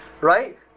right